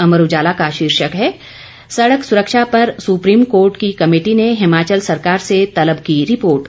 अमर उजाला का शीर्षक है सड़क सुरक्षा पर सुप्रीम कोर्ट की कमेटी ने हिमाचल सरकार से तलब की रिपोर्ट